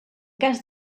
cas